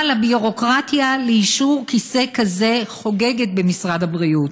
אבל הביורוקרטיה לאישור כיסא כזה חוגגת במשרד הבריאות.